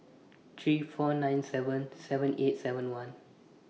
three four nine seven seven eight seven one